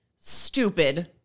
stupid